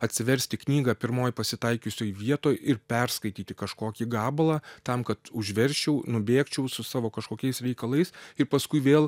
atsiversti knygą pirmoj pasitaikiusioj vietoj ir perskaityti kažkokį gabalą tam kad užversčiau nubėgčiau su savo kažkokiais reikalais ir paskui vėl